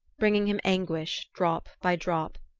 bringing him anguish drop by drop,